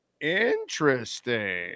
Interesting